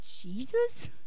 Jesus